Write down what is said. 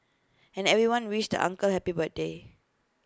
and everyone wished the uncle happy birthday